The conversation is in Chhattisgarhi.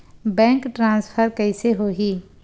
बैंक ट्रान्सफर कइसे होही?